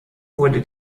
wurde